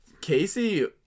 Casey